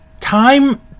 time